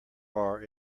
bar